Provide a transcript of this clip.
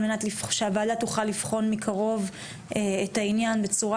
על מנת שהוועדה תוכל לבחון מקרוב את העניין בצורה